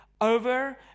over